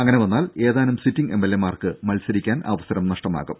ഇങ്ങനെവന്നാൽ ഏതാനും സിറ്റിങ്ങ് എംഎൽഎമാർക്ക് മത്സരിക്കാൻ അവസരം നഷ്ടമാകും